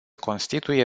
constituie